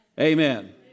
amen